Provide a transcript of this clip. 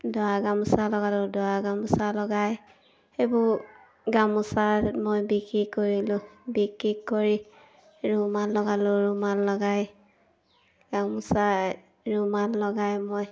দৰা গামোচা লগালোঁ দৰা গামোচা লগাই এইবোৰ গামোচা মই বিক্ৰী কৰিলোঁ বিক্ৰী কৰি ৰুমাল লগালোঁ ৰুমাল লগাই গামোচা ৰুমাল লগাই মই